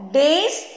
days